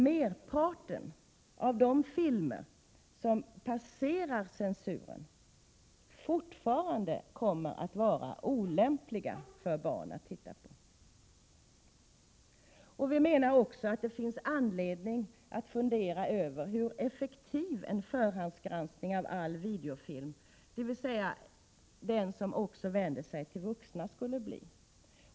Merparten av de filmer som passerar censuren kommer — än dringar i tryckfri fortfarande att vara olämpliga för barn att titta på. hetsförordningen Vi menar också att det finns anledning att fundera över hur effektiv en Mm. förhandsgranskning av all videofilm, dvs. den som också vänder sig till vuxna, skulle bli.